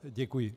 Děkuji.